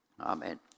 amen